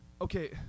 Okay